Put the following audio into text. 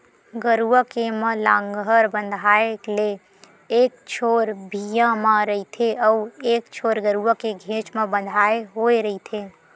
गरूवा के म लांहगर बंधाय ले एक छोर भिंयाँ म रहिथे अउ एक छोर गरूवा के घेंच म बंधाय होय रहिथे